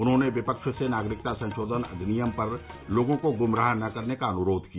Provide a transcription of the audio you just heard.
उन्होंने विपक्ष से नागरिकता संशोधन अधिनियम पर लोगों को ग्मराह न करने का अनुरोध किया